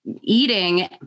eating